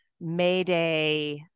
Mayday